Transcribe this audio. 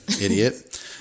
idiot